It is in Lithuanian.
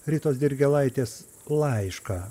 ritos dirgėlaitės laišką